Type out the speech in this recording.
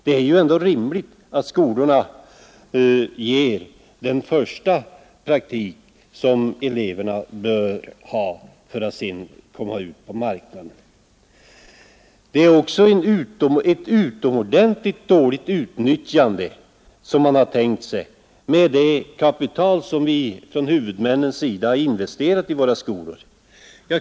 Det är ändå rimligt att skolorna ger den första praktik som eleverna bör ha innan de kommer ut på marknaden. Det är också ett utomordentligt dåligt utnyttjande man har tänkt sig av det kapital som huvudmännen har investerat i skolorna.